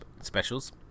specials